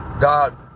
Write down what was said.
God